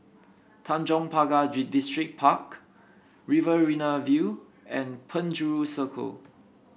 Tanjong Pagar Distripark Riverina View and Penjuru Circle